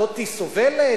זאת סובלת?